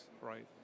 right